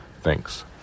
Thanks